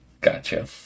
Gotcha